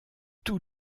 tous